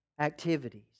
activities